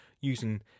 using